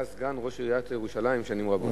היה סגן ראש עיריית ירושלים שנים רבות.